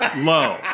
low